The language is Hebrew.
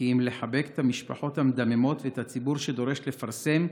כי אם לחבק את המשפחות המדממות ואת הציבור שדורש לפרסם,